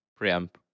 preamp